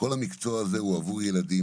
כל המקצוע הזה הוא עבור ילדים.